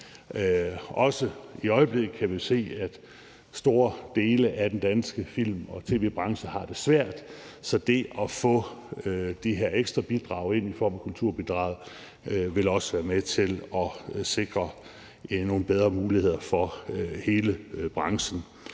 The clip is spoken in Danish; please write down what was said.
I øjeblikket kan vi jo også se, at store dele af den danske film- og tv-branche har det svært, så det at få de her ekstra bidrag ind i form af kulturbidraget vil også være med til at sikre nogle bedre muligheder for hele branchen.